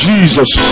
Jesus